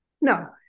No